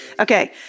Okay